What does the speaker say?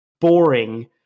boring